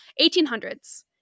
1800s